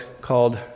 called